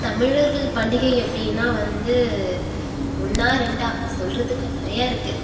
தமிழர்கள் பண்டிகை அப்படின்னா வந்து ஒன்ரா ரெண்டா சொல்கிறதுக்கு நிறைய இருக்குது